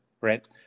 right